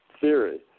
theory